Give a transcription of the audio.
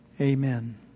Amen